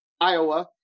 Iowa